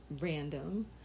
random